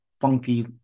funky